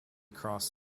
cross